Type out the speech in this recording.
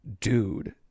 dude